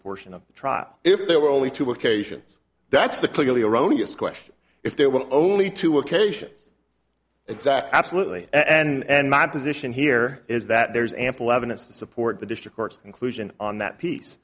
portion of the trial if there were only two occasions that's the clearly erroneous question if there were only two occasions exactly absolutely and my position here is that there's ample evidence to support the district court's conclusion on that piece